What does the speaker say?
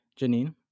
janine